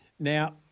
Now